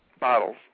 bottles